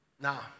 Now